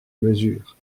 mesure